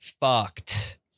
fucked